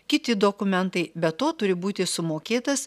kiti dokumentai be to turi būti sumokėtas